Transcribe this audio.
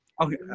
okay